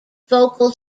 vocal